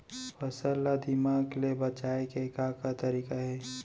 फसल ला दीमक ले बचाये के का का तरीका हे?